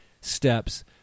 steps